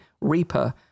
Reaper